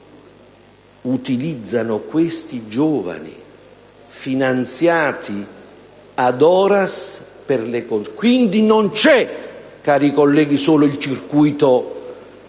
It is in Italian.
utilizzano questi giovani, finanziati *ad horas*, per le consegne. Quindi, non c'è, cari colleghi, solo il circuito